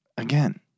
Again